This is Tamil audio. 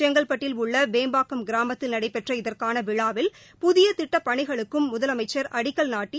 செங்கல்பட்டில் உள்ள வேம்பாக்கம் கிராமத்தில் நடைபெற்ற இதற்கான விழாவில் புதிய திட்டப்பணிகளுக்கும் முதலனமச்சர் அடிக்கல் நாட்டி